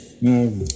No